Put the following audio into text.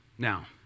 Now